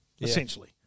essentially